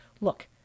Look